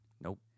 nope